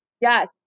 Yes